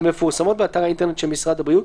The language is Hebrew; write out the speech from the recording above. המפורסמות באתר האינטרנט של משרד הבריאות".